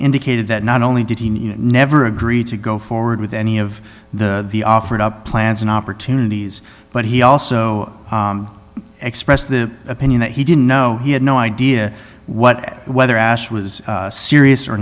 indicated that not only did he never agree to go forward with any of the offered up plans and opportunities but he also expressed the opinion that he didn't know he had no idea what whether ash was serious or